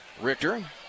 Richter